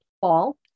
Fall